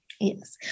Yes